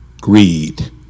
greed